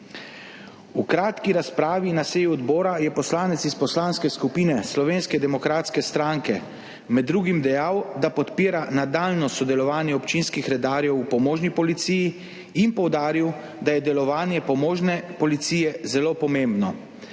V kratki razpravi na seji odbora je poslanec iz Poslanske skupine Slovenske demokratske stranke med drugim dejal, da podpira nadaljnje sodelovanje občinskih redarjev v pomožni policiji, in poudaril, da je delovanje pomožne policije zelo pomembno.